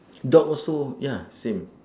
dog also ya same